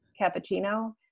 cappuccino